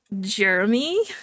jeremy